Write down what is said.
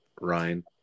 Ryan